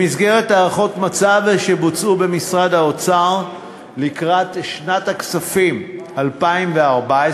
במסגרת הערכות מצב שבוצעו במשרד האוצר לקראת שנת הכספים 2014,